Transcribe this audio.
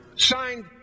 signed